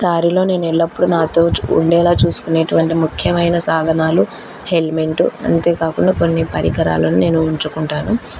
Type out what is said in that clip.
దారిలో నేను ఎల్లప్పుడూ నాతో ఉండేలా చూసుకునేటటువంటి ముఖ్యమైన సాధనాలు హెల్మెట్ అంతేకాకుండా కొన్ని పరికరాలను నేను ఉంచుకుంటాను